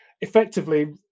effectively